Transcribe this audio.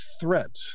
threat